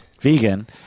vegan